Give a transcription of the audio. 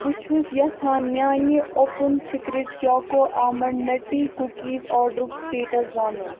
بہٕ چھس یژھان میانہِ open secret choco almond nutty cookies آرڈرُک سٹیٹس زانُن